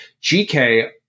GK